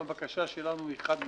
הבקשה שלנו היא חד משמעית: